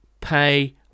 pay